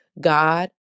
God